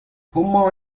homañ